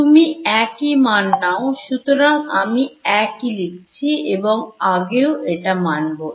তুমি একই মান নাও সুতরাং আমি একই লিখছি এবং আগেও এটাই মানবো